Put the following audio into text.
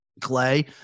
Clay